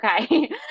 okay